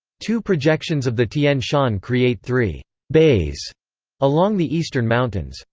two projections of the tian shan create three bays along the eastern mountains.